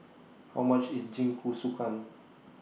How much IS Jingisukan